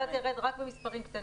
אחרת זה ירד רק במספרים קטנים.